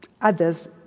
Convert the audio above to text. others